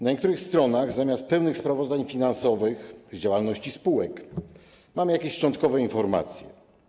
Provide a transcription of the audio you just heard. Na niektórych stronach zamiast pełnych sprawozdań finansowych z działalności spółek mamy jakieś szczątkowe informacje.